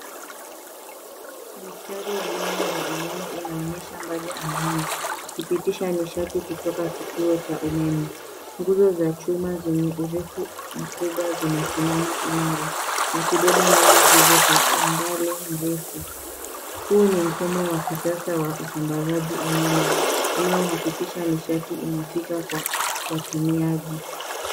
Mistari ya nyaya za umeme inaonekana mbali angani ikipitisha nishati kutoka kituo cha umeme. Nguzo za chuma zenye urefu mkubwa zinasimama imara zikibeba nyaya hizo Kwa umbali mrefu. Huu ni mfumo wa kisasa wa usambazaji wa umeme, unaohakikisha nishati inafika Kwa watumiaji.